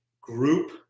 group